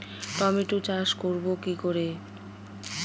Tomato চাষ করব কি করে?